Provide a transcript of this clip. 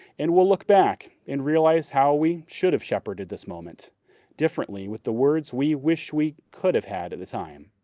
and we'll look back and realize how we should have shepherded this moment differently with the words we wish we could have had at the time.